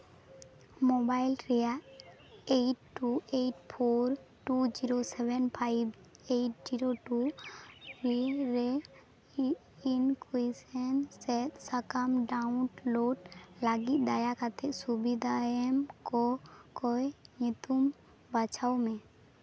mobile ᱨᱮᱭᱟᱜ eight two eight four two zero seven five eight zero two ᱨᱮ ᱤᱱᱠᱩᱭᱥᱮᱱ ᱥᱤᱫᱽ ᱥᱟᱠᱟᱢ ᱰᱟᱣᱩᱱᱞᱳᱰ ᱞᱟᱹᱜᱤᱫ ᱫᱟᱭᱟ ᱠᱟᱛᱮᱫ ᱥᱩᱵᱤᱫᱷᱟ ᱮᱢ ᱠᱚ ᱠᱚᱭ ᱧᱩᱛᱩᱢ ᱵᱟᱪᱷᱟᱣ ᱢᱮ